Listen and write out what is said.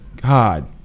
God